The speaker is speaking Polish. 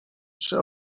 czy